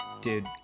Dude